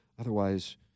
Otherwise